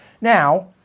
Now